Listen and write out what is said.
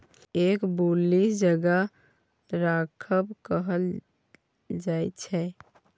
एकरा बुलिश जगह राखब कहल जायछे